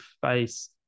face